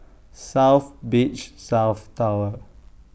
South Beach South Tower